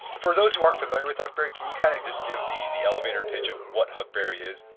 for those who aren't familiar with huckberry, can you kind of just give the the elevator pitch of what huckberry is?